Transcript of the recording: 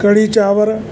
कढ़ी चांवर